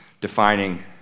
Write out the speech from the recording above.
defining